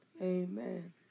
amen